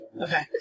Okay